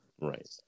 Right